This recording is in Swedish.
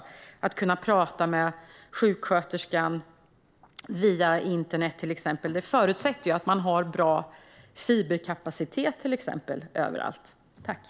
Ska man till exempel kunna prata med en sjuksköterska via internet är bra fiberkapacitet en förutsättning.